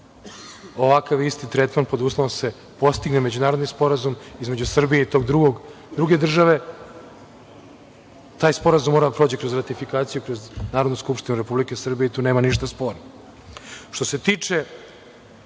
ovakav isti tretman, pod uslovom da se postigne međunarodni sporazum između Srbije i te druge države, a taj sporazum mora da prođe kroz ratifikaciju kroz Narodnu skupštinu Republike Srbije i tu nema ništa sporno. Što